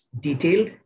detailed